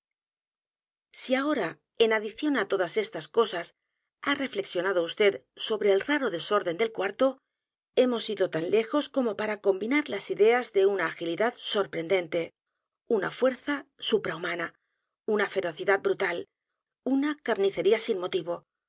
si ahora en adición á todas estas cosas lia reflexiolos crímenes de la calle morgue u nado vd sobre él raro desorden del cuarto hemos ido tan lejos como para combinar las ideas de una agilidad sorprendente una fuerza suprahumana una ferocidad brutal una carnicería sin motivo